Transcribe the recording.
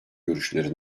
görüşleri